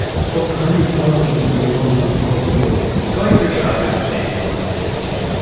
four-hundred-thousand of them belonged to coca-cola going through the archives, daniel and andrew say,